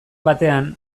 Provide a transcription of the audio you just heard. batean